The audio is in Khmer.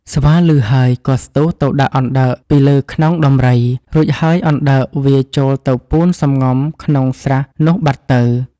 ស្វាឮហើយក៏ស្ទុះទៅដាក់អណ្ដើកពីលើខ្នងដំរី រួចហើយអណ្ដើកវារចូលទៅពួនសម្ងំក្នុងស្រះនោះបាត់ទៅ។